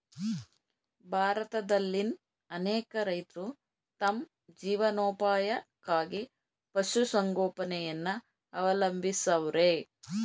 ಭಾರತದಲ್ಲಿನ್ ಅನೇಕ ರೈತ್ರು ತಮ್ ಜೀವನೋಪಾಯಕ್ಕಾಗಿ ಪಶುಸಂಗೋಪನೆಯನ್ನ ಅವಲಂಬಿಸವ್ರೆ